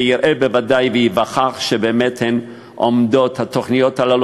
ובוודאי יראה וייווכח שהתוכניות הללו